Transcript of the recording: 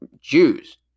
Jews